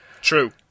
True